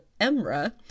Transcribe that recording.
Emra